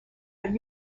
but